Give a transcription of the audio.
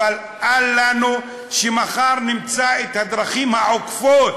אבל אל לנו שמחר נמצא את הדרכים העוקפות